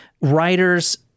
writers